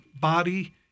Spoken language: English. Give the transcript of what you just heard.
body